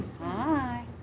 Hi